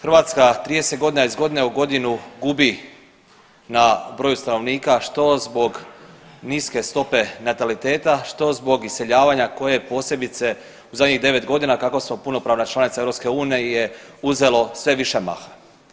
Hrvatska 30 godina iz godine u godinu gubi na broju stanovnika što zbog niske stope nataliteta, što zbog iseljavanja koje posebice u zadnjih 9 godina kako smo punopravna članica EU uzelo sve više maha.